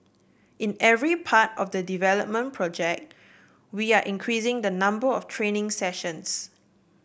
in every part of the development project we are increasing the number of training sessions